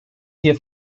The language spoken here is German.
hier